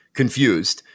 confused